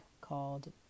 called